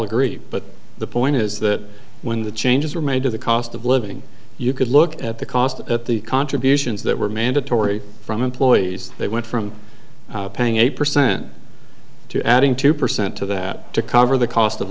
agree but the point is that when the changes were made to the cost of living you could look at the cost at the contributions that were mandatory from employees they went from paying eight percent to adding two percent to that to cover the cost of